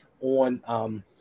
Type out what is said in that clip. on